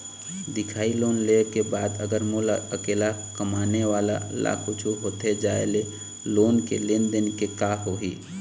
दिखाही लोन ले के बाद अगर मोला अकेला कमाने वाला ला कुछू होथे जाय ले लोन के लेनदेन के का होही?